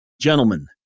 Gentlemen